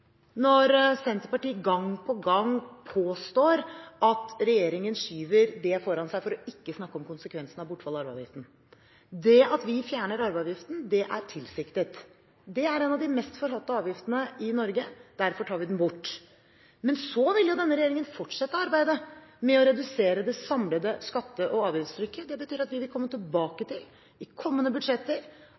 når Senterpartiet gang på gang påstår at regjeringen skyver det foran seg for ikke å snakke om konsekvensene av bortfallet av arveavgiften. Det at vi fjerner arveavgiften, er tilsiktet. Det er en av de mest forhatte avgiftene i Norge, og derfor tar vi den bort. Men så vil denne regjeringen fortsette arbeidet med å redusere det samlede skatte- og avgiftstrykket. Det betyr at vi i kommende budsjetter vil komme tilbake til